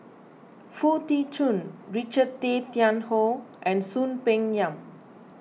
Foo Tee Jun Richard Tay Tian Hoe and Soon Peng Yam